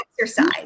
exercise